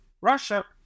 Russia